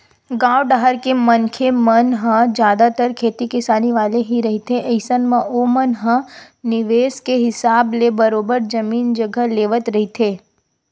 गाँव डाहर के मनखे मन ह जादतर खेती किसानी वाले ही रहिथे अइसन म ओमन ह निवेस के हिसाब ले बरोबर जमीन जघा लेवत रहिथे